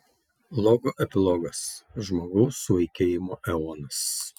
logo epilogas žmogaus suvaikėjimo eonas